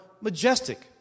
majestic